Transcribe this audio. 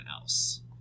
else